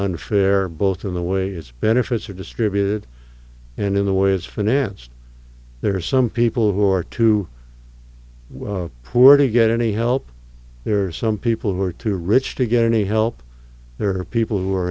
unfair both in the way its benefits are distributed and in the way it's financed there are some people who are too poor to get any help there are some people who are too rich to get any help there are people who are